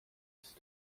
ist